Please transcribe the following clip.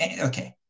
Okay